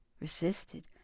resisted